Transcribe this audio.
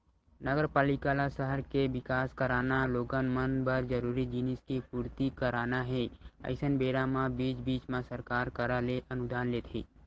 नगरपालिका ल सहर के बिकास कराना लोगन मन बर जरूरी जिनिस के पूरति कराना हे अइसन बेरा म बीच बीच म सरकार करा ले अनुदान लेथे